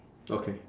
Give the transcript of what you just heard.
okay